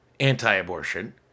anti-abortion